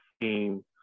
team